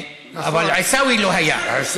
עיסאווי, אבל היה.